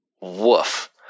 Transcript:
Woof